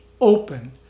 open